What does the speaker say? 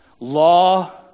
law